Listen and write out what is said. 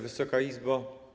Wysoka Izbo!